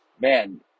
man